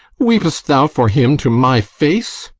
weep'st thou for him to my face?